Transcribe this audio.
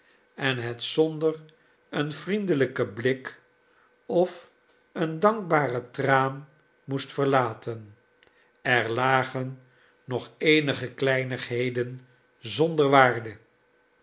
en het zonder een vriendehjken blik of een dankbaren traan moest verlaten er lagen nog eenige kleinigheden zonder waarde